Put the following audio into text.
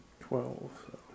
twelve